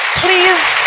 please